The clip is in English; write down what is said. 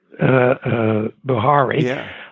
Buhari